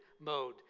mode